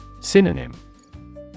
Synonym